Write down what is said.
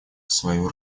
свою